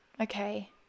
okay